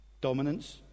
dominance